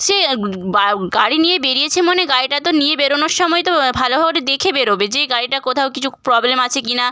সে বা গাড়ি নিয়ে বেরিয়েছে মানে গাড়িটা তো নিয়ে বেরোনোর সময় তো ভালোভাবে একটু দেখে বেরোবে যে গাড়িটা কোথাও কিছু ক্ প্রবলেম আছে কি না